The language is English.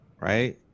right